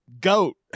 goat